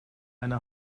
eine